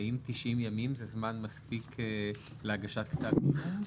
האם 90 ימים זה זמן מספיק להגשת כתב אישום?